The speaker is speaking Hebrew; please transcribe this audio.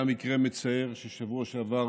היה מקרה מצער בשבוע שעבר,